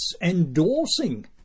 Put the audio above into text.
endorsing